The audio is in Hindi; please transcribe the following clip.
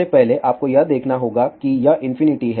सबसे पहले आपको यह देखना होगा कि यह इंफिनिटी है